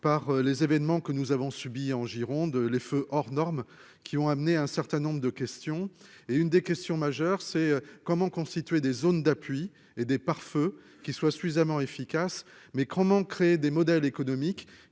par les événements que nous avons subies en Gironde, les feux hors normes qui ont amené un certain nombre de questions et une des questions majeures, c'est comment constituer des zones d'appui et des pare-feu qui soit suffisamment efficace, mais comment créer des modèles économiques